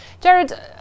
Jared